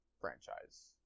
franchise